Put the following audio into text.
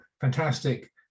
fantastic